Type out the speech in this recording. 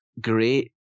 great